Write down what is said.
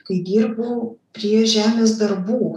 kai dirbu prie žemės darbų